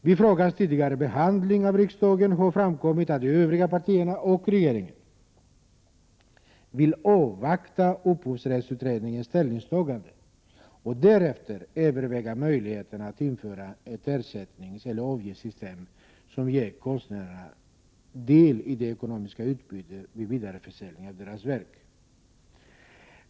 Vid frågans tidigare behandling i riksdagen har framkommit att de övriga partierna och regeringen vill avvakta upphovsrättsutredningens ställningstagande och därefter överväga möjligheten att införa ett ersättningseller avgiftssystem som ger konstnärerna del i det ekonomiska utbytet vid vidareförsäljning av deras verk.